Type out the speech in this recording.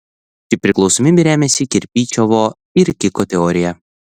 ši priklausomybė remiasi kirpičiovo ir kiko teorija